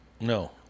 No